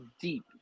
deep